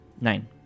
Nine